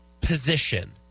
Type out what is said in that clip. position